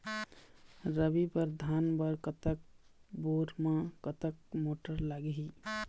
रबी बर धान बर कतक बोर म कतक मोटर लागिही?